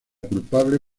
culpable